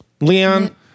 Leon